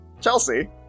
Chelsea